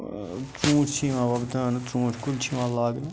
ژوٗنٹھۍ چھِ یِوان وۄبداونہٕ ژوٗنٹھۍ کُلۍ چھِ یِوان لاگنہٕ